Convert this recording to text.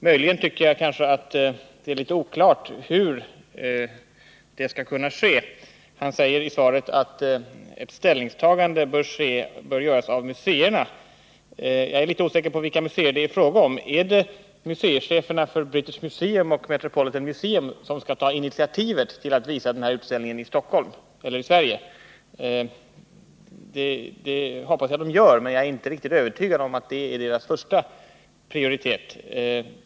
Möjligen tycker jag det är litet oklart hur det skall kunna ske. Han säger i svaret att ett ställningstagande bör göras av museerna, men vilka museer avses? Är det museicheferna vid British Museum och The Metropolitan Museum i New York som skall ta initiativet till att visa den här utställningen i Sverige? Jag hoppas att de gör det, men jag är inte riktigt övertygad om att det är deras första prioritet.